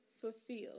fulfilled